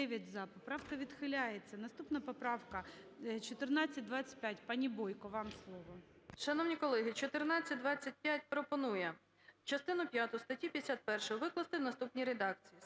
Поправка відхиляється. Наступна поправка – 1425. Пані Бойко, вам слово. 17:14:36 БОЙКО О.П. Шановні колеги, 1425 пропонує частину п'яту статті 51 викласти в наступній редакції: